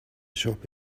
shop